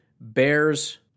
Bears